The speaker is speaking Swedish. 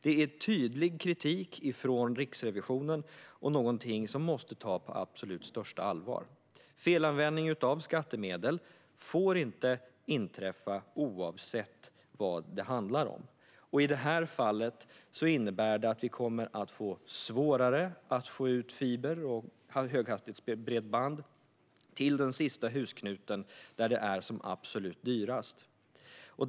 Det är tydlig kritik från Riksrevisionen och någonting som måste tas på absolut största allvar. Felanvändning av skattemedel får inte inträffa, oavsett vad det handlar om. I det här fallet innebär det att vi kommer att få svårare att få ut fiber och höghastighetsbredband till den sista husknuten där det är som absolut dyrast.